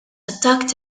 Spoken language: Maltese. attakk